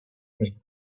pray